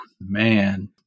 man